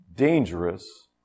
dangerous